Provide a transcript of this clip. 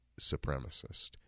supremacist